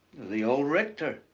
the old rector.